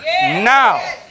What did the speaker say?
Now